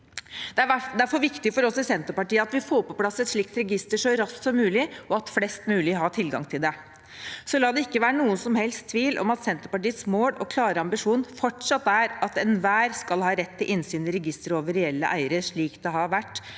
Det er derfor viktig for oss i Senterpartiet at vi får på plass et slikt register så raskt som mulig, og at flest mulig har tilgang til det. La det ikke være noen som helst tvil om at Senterpartiets mål og klare ambisjon fortsatt er at enhver skal ha rett til innsyn i registeret over reelle eiere, slik det har vært